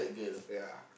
yeah